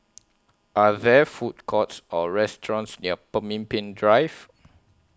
Are There Food Courts Or restaurants near Pemimpin Drive